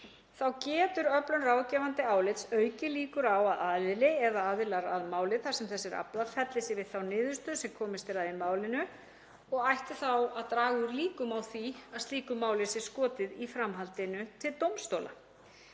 Þá getur öflun ráðgefandi álits aukið líkur á að aðili eða aðilar að máli þar sem þess er aflað felli sig við þá niðurstöðu sem komist er að í málinu og ætti það þá að draga úr líkum á því að slíku máli sé í framhaldinu skotið til dómstóla.